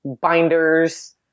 binders